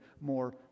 more